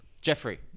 Jeffrey